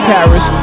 Paris